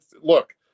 Look